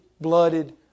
blooded